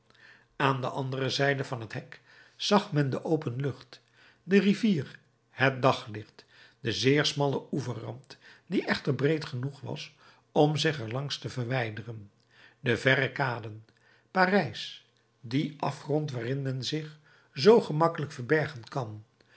aan de andere zijde van het hek zag men de open lucht de rivier het daglicht den zeer smallen oeverkant die echter breed genoeg was om zich er langs te verwijderen de verre kaden parijs dien afgrond waarin men zich zoo gemakkelijk verbergen kan